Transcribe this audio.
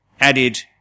added